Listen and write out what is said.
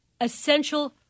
essential